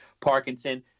Parkinson